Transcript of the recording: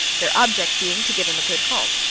their object being to give him a good home.